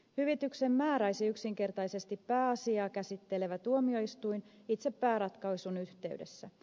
hyvityksen määräisi yksinkertaisesti pääasiaa käsittelevä tuomioistuin itse pääratkaisun yhteydessä